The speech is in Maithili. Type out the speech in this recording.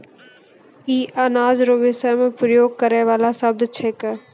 ई अनाज रो विषय मे प्रयोग करै वाला शब्द छिकै